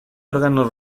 órganos